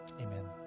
amen